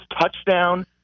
touchdown